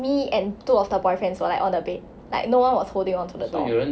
me and two of the boyfriends were like on the bed like no one was holding onto the door